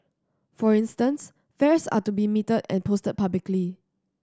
for instance fares are to be metered and posted publicly